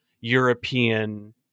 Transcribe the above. European